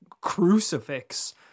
crucifix